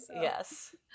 Yes